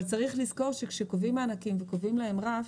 אבל צריך לזכור שכשקובעים מענקים וקובעים להם רף,